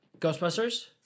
Ghostbusters